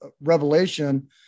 revelation